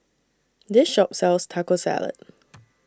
This Shop sells Taco Salad